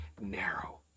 narrow